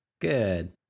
good